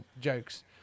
jokes